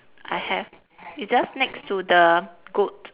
I have it's just next to the goat